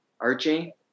Archie